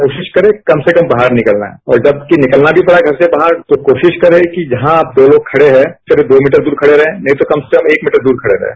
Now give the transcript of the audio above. कोशिश करें कम से कम बाहर निकलना है और जबकि निकलना भी पड़ा घर से बाहर तो कोशिष्ठ करें कि जहां दो लोग खड़े हाँ करीब दो मीटर दूर खड़े रहें नहीं तो कम से कम एक मीटर दूर खड़े रहें